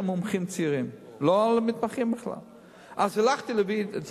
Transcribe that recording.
לא טיפלו, יש המון בעיות.